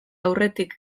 aurretik